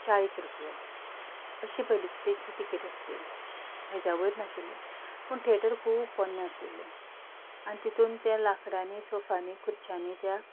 चाळीस रुपया अशी पयलीची तेंची तिकेट आसली हेज्या वयर नाशिल्ली पूण थेटर खूब पोन्नें आशिल्लें आनी तितून तें लांकडांनी सोफांनी खुर्च्यांनी त्या